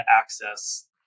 access